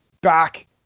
back